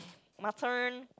my turn